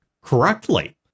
correctly